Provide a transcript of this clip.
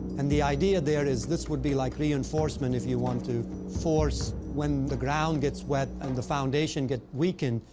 and the idea there is, this would be like reinforcement, if you want to, for when the ground gets wet and the foundation gets weakened,